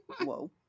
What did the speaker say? whoa